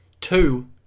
Two